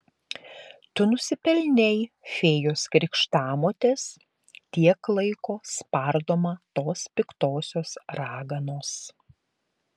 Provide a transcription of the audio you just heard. tu nusipelnei fėjos krikštamotės tiek laiko spardoma tos piktosios raganos